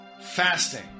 fasting